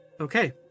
Okay